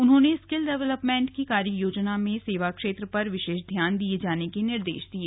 उन्होंने skill development की कार्ययोजना में सेवा क्षेत्र पर विशेष ध्यान दिये जाने के निर्देश दिये